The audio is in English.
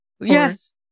Yes